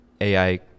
AI